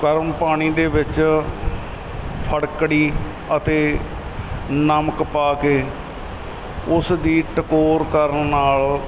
ਗਰਮ ਪਾਣੀ ਦੇ ਵਿੱਚ ਫੜਕੜੀ ਅਤੇ ਨਮਕ ਪਾ ਕੇ ਉਸ ਦੀ ਟਕੋਰ ਕਰਨ ਨਾਲ